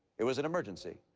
it was an emergency.